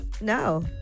No